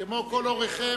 כמו כל הוריכם,